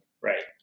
Right